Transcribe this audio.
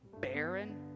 barren